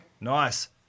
nice